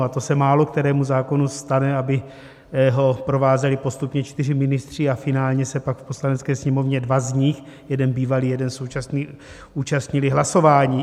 A to se málokterému zákonu stane, aby ho provázeli postupně čtyři ministři a finálně se pak v Poslanecké sněmovně dva z nich, jeden bývalý, jeden současný, účastnili hlasování.